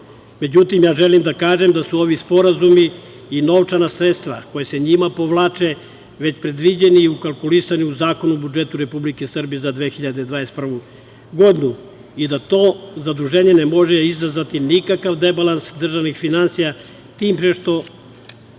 međutim, ja želim da kažem da su ovi sporazumi i novčana sredstva koja se njima povlače već predviđeni i ukalkulisani u Zakonu o budžetu Republike Srbije za 2021. godinu i da to zaduženje ne može izazvati nikakav debalans državnih finansija, tim pre što